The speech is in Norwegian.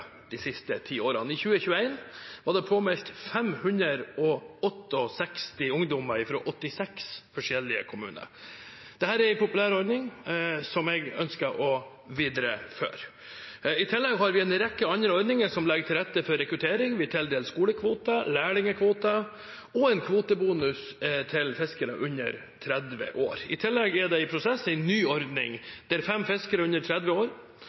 de siste ti årene. I 2021 var det påmeldt 568 ungdommer fra 86 forskjellige kommuner. Dette er en populær ordning som jeg ønsker å videreføre. I tillegg har vi en rekke andre ordninger som legger til rette for rekruttering; vi tildeler skolekvoter, lærlingkvoter og en kvotebonus til fiskere under 30 år. I tillegg er det i prosess en ny ordning der fem fiskere under 30 år